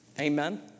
Amen